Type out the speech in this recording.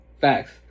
Facts